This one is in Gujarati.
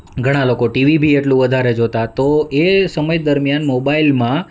ઘણાં લોકો ટીવી બી એટલું વધારે જોતાં તો એ સમય દરમ્યાન મોબાઇલમાં